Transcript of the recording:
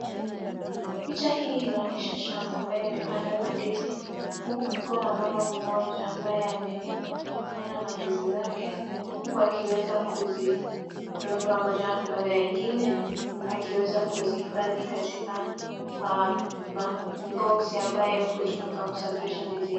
Shamba ambayo imepandwa ndizi, huku kukiwa na mama mmoja ambaye amevuna ndizi zake huku akiweza kuzindondoa moja baada ya ingine akiweza kuzihifadhi kwenye boxi ambayo hutumika kusafirisha ndizi hizi.